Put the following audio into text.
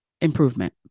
improvement